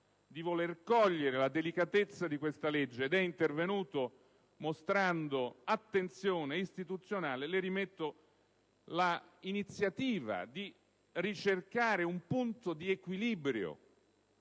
di voler cogliere la delicatezza di questa legge ed è intervenuto mostrando attenzione istituzionale - a lei rimetto l'iniziativa di ricercare un punto di equilibrio